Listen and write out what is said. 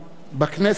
בכנסת,